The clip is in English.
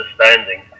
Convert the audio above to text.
understanding